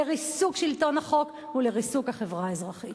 לריסוק שלטון החוק ולריסוק החברה האזרחית.